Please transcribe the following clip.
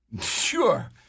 Sure